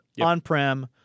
on-prem